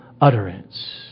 utterance